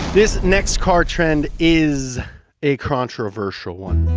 this next car trend is a crontroversial one.